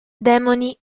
demoni